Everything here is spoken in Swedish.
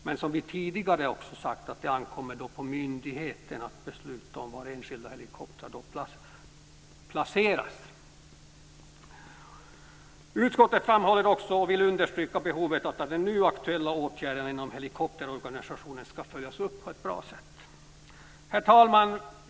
Men som vi tidigare har sagt ankommer det på myndigheten att besluta om vad enskilda helikoptrar placeras. Utskottet framhåller också behovet att den nu aktuella åtgärden inom helikopterorganisationen skall följas upp på ett bra sätt. Herr talman!